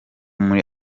muri